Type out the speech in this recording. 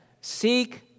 seek